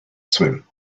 swim